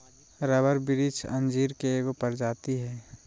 rubber वृक्ष अंजीर के एगो प्रजाति हइ